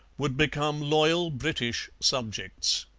would become loyal british subjects.